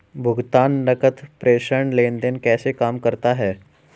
भुगतान नकद प्रेषण लेनदेन कैसे काम करता है?